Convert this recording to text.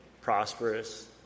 prosperous